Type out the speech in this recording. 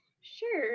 Sure